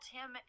Tim